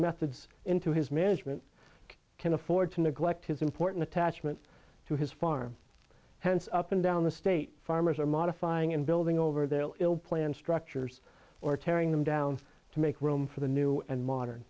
methods into his management can afford to neglect his important tach meant to his farm hence up and down the state farmers are modifying and building over their ill planned structures or tearing them down to make room for the new and modern